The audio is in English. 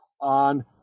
on